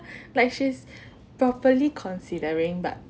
like she's properly considering but